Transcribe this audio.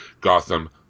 Gotham